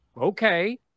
okay